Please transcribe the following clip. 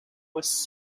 was